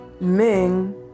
Ming